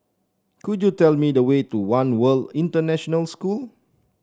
could you tell me the way to One World International School